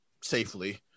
safely